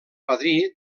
padrí